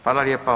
Hvala lijepa.